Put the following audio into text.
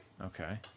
okay